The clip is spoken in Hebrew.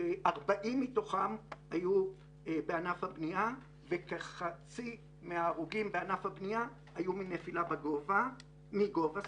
40 מתוכם היו בענף הבנייה וכחצי מההרוגים בענף הבנייה היו מנפילה מגובה.